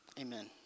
Amen